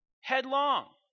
headlong